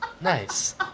nice